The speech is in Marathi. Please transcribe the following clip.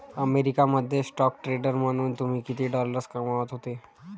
अमेरिका मध्ये स्टॉक ट्रेडर म्हणून तुम्ही किती डॉलर्स कमावत होते